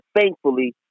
thankfully